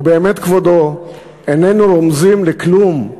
ובאמת כבודו איננו רומזים לכלום,